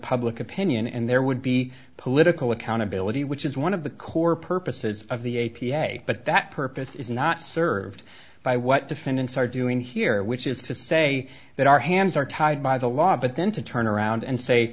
public opinion and there would be political accountability which is one of the core purposes of the a p a but that purpose is not served by what defendants are doing here which is to say that our hands are tied by the law but then to turn around and say